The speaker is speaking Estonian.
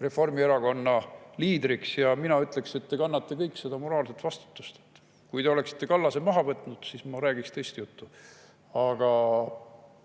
Reformierakonna liidriks ja mina ütleksin, et te kannate kõik seda moraalset vastutust. Kui te oleksite Kallase maha võtnud, siis ma räägiksin teist juttu. Aga